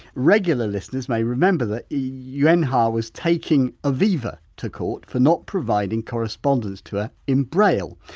regular listeners may remember that yuen har was taking aviva to court for not providing correspondence to her in braille.